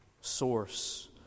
source